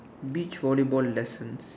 beach volleyball lessons